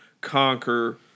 conquer